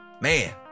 Man